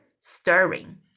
stirring